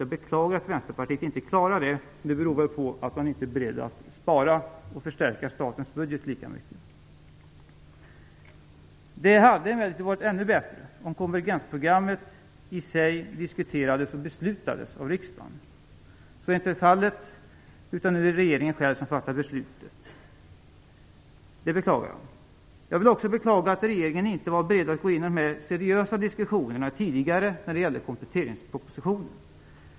Jag beklagar att Vänsterpartiet inte klarar det - det beror väl på att man inte är beredd att spara och förstärka statens budget lika mycket. Det hade emellertid varit ännu bättre om konvergensprogrammet i sig diskuterades och beslutades av riksdagen. Så är inte fallet, utan det är nu regeringen själv som fattar beslutet. Det beklagar jag. Jag vill också beklaga att regeringen inte var beredd att gå in i seriösa diskussioner tidigare när det gällde kompletteringspropositionen.